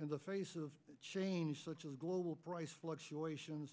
in the face of change such as global price fluctuations